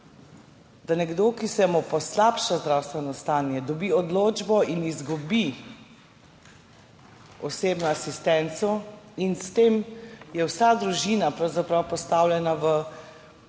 da nekdo, ki se mu poslabša zdravstveno stanje, dobi odločbo in izgubi osebno asistenco in s tem je vsa družina pravzaprav